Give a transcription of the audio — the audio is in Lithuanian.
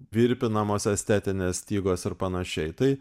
virpinamos estetinės stygos ir panašiai tai